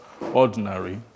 ordinary